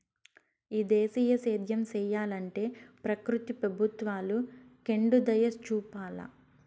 ఈ దేశీయ సేద్యం సెయ్యలంటే ప్రకృతి ప్రభుత్వాలు కెండుదయచూపాల